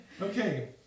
Okay